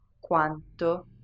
Quanto